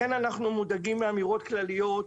לכן אנחנו מודאגים מאמירות כלליות,